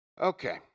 Okay